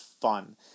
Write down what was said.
fun